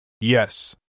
Yes